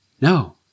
No